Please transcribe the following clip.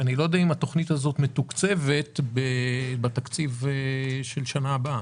אני לא יודע אם התכנית הזאת מתוקצבת בתקציב של שנה הבאה,